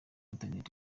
internet